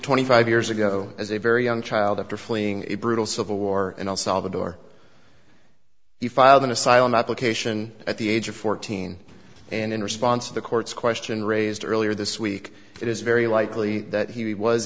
twenty five years ago as a very young child after fleeing a brutal civil war in all salvador he filed an asylum application at the age of fourteen and in response to the court's question raised earlier this week it is very likely that he was